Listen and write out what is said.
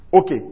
Okay